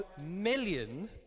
Million